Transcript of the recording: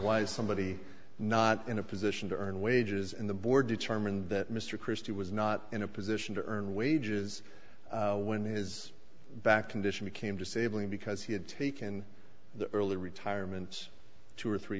wise somebody not in a position to earn wages in the board determined that mr christie was not in a position to earn wages when his back condition became disabling because he had taken the early retirement two or three